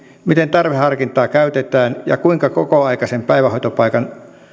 miten tarveharkintaa käytetään ja kuinka kokoaikaisen päivähoitopaikan